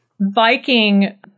Viking